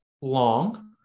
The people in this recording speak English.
long